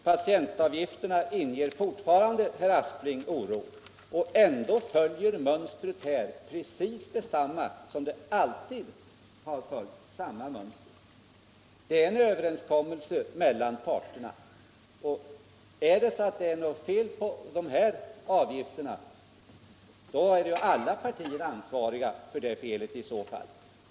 Patientavgifterna inger fortfarande oro för herr Aspling, och ändå följer mönstret här precis samma modell som alltid har följts. Det är en överenskommelse mellan parterna. Om det är något fel på de föreliggande avgifterna, kan alla partier betraktas som ansvariga.